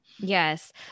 Yes